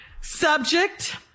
Subject